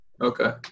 Okay